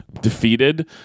defeated